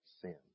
sin